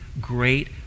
great